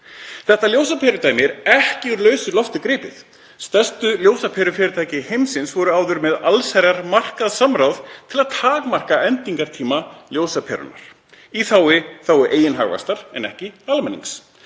Þetta ljósaperudæmi er ekki úr lausu lofti gripið. Stærstu ljósaperufyrirtæki heimsins voru áður með allsherjarmarkaðssamráð til að takmarka endingartíma ljósaperunnar í þágu eigin hagvaxtar en ekki almennings.